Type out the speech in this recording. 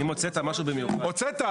הוצאת,